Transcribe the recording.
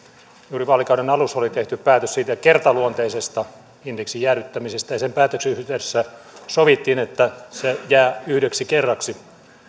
juuri vaalikauden alussa oli tehty päätös siitä kertaluonteisesta indeksin jäädyttämisestä ja sen päätöksen yhteydessä sovittiin että se jää yhdeksi kerraksi